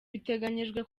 biteganyijwe